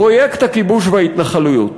פרויקט הכיבוש וההתנחלות,